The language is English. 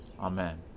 Amen